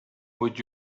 would